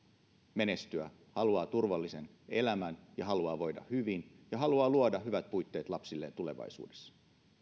menestyä haluaa turvallisen elämän ja haluaa voida hyvin ja haluaa luoda hyvät puitteet lapsilleen tulevaisuudessa